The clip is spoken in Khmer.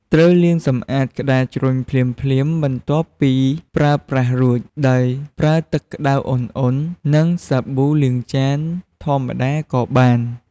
ត្រូវលាងសម្អាតក្ដារជ្រញ់ភ្លាមៗបន្ទាប់ពីប្រើប្រាស់រួច ដោយប្រើទឹកក្ដៅឧណ្ហៗ និងសាប៊ូលាងចានធម្មតាក៏បាន។